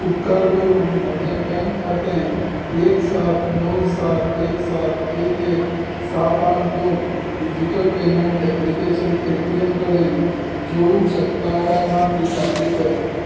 उपकार करून म्हजें बँक खातें एक सात णव सात एक सात एक एक सात आठ दोन डिजीटल पेमॅन्ट ऍप्लिकेशन पेटीएम कडेन जोडूंक शकता काय ना ती खात्री कर